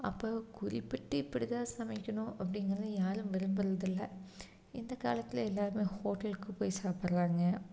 அப்போ குறிப்பிட்டு இப்படி தான் சமைக்கணும் அப்படிங்கிறது யாரும் விரும்புறதில்ல இந்த காலத்தில் எல்லோருமே ஹோட்டலுக்கு போய் சாப்பிடுறாங்க